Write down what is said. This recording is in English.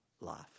life